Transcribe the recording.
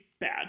bad